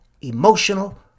emotional